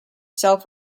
self